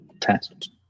test